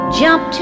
jump